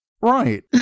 Right